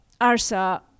ARSA